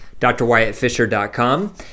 drwyattfisher.com